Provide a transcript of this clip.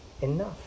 enough